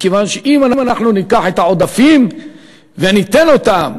מכיוון שאם אנחנו ניקח את העודפים וניתן אותם